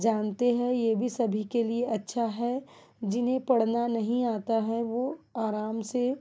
जानते है यह भी सभी के लिए अच्छा है जिन्हें पढ़ना नहीं आता है वह आराम से